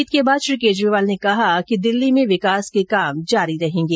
जीत के बाद श्री केजरीवाल ने कहा कि दिल्ली में विकास के काम जारी रहेंगे